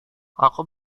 aku